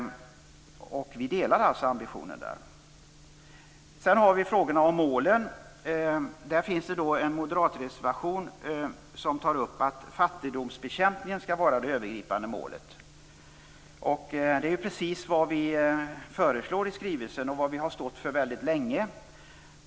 Vi delar alltså ambitionen på den punkten. Sedan har vi frågorna om målen. Det finns en moderat reservation som tar upp att fattigdomsbekämpningen skall vara det övergripande målet. Det är precis vad vi föreslår i skrivelsen och vad vi har stått för väldigt länge.